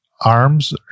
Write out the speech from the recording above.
arms